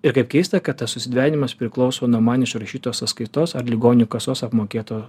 ir kaip keista kad tas susidvejinimas priklauso nuo man išrašytos sąskaitos ar ligonių kasos apmokėtų